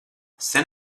sen